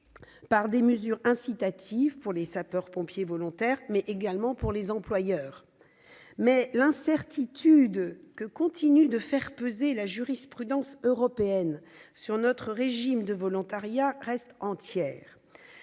par des mesures incitatives pour les sapeurs-pompiers volontaires, mais également pour leurs employeurs. Cependant, l'incertitude que continue de faire peser la jurisprudence européenne sur notre régime de volontariat reste entière.